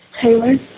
Taylor